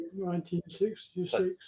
1966